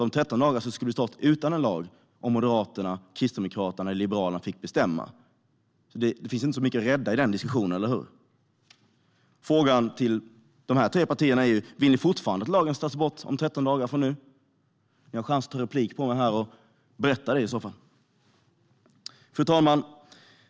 Om 13 dagar skulle vi ha stått utan en lag om Moderaterna, Kristdemokraterna och Liberalerna fick bestämma. Det finns inte så mycket att rädda i den diskussionen, eller hur? Frågan till dessa tre partier är: Vill ni fortfarande att lagen tas bort om 13 dagar från nu? Ni har chans att ta replik på mig och berätta det i så fall. Fru talman!